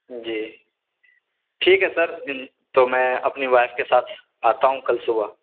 جی ٹھیک ہے سر تو میں اپنی وائف کے ساتھ آتا ہوں کل صبح